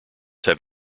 have